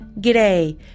G'day